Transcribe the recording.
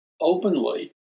openly